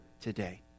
today